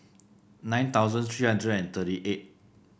nine thousand three hundred and thirty eight